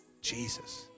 Jesus